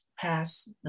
pass